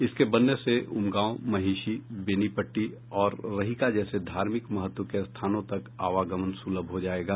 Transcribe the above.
इसके बनने से उमगांव महिषी बेनपट्टी और रहिका जैसे धार्मिक महत्व के स्थानों तक आवागमन सुलभ हो जायेगा